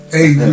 Hey